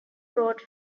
wrote